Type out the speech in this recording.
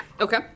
Okay